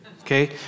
Okay